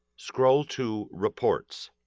scroll to reports.